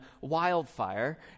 wildfire